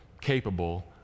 capable